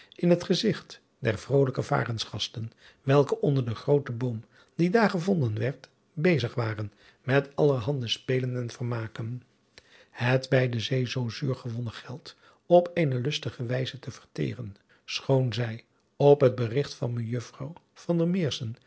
in het gezigt der vrolijke varensgasten welke onder den grooten boom die daar gevonden werd bezig waren met allerhande spelen en vermaken het bij de zee zoo zuur gewonnen geld op eene lustige wijze te verteren schoon zij op het driaan oosjes zn et